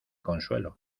consuelo